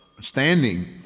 standing